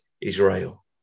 Israel